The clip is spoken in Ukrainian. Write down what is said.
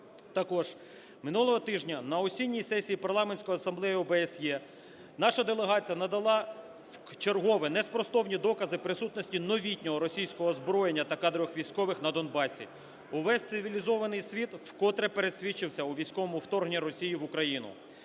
Також минулого тижня на осінній сесії Парламентської асамблеї ОБСЄ наша делегація надала вчергове неспростовні докази присутності новітнього російського озброєння та кадрових військових на Донбасі. Увесь цивілізований світ вкотре пересвідчився у військовому вторгненні Росії в Україну.